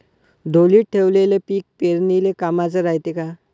ढोलीत ठेवलेलं पीक पेरनीले कामाचं रायते का?